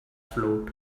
float